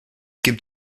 gibt